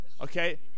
Okay